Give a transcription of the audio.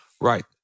Right